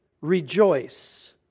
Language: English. Rejoice